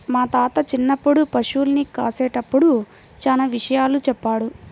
మా తాత చిన్నప్పుడు పశుల్ని కాసేటప్పుడు చానా విషయాలు చెప్పాడు